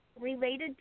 related